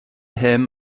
him